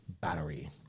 Battery